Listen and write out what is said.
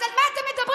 אז על מה אתם מדברים?